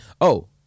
oh-